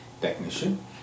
technician